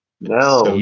No